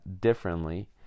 differently